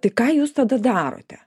tai ką jūs tada darote